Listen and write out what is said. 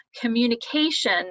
communication